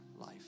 life